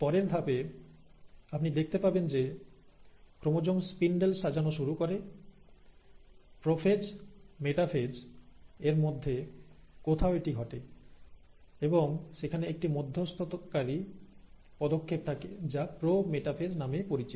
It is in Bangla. পরের ধাপে আপনি দেখতে পাবেন যে ক্রোমোজোম স্পিন্ডেল সাজানো শুরু করে প্রোফেজ এবং মেটাফেজ এর মধ্যে কোথাও এটি ঘটে এবং সেখানে একটি মধ্যস্থতাকারী পদক্ষেপ থাকে যা প্রো মেটাফেজ নামে পরিচিত